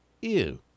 ew